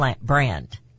brand